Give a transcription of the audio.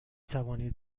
توانید